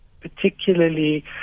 particularly